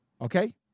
Okay